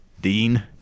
dean